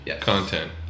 content